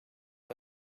击败